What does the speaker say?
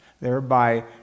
thereby